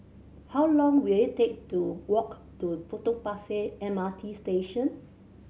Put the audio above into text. how long will it take to walk to Potong Pasir M R T Station